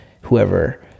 whoever